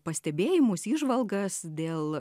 pastebėjimus įžvalgas dėl